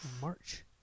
March